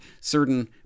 certain